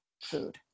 food